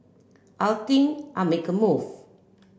I'll think I'll make a move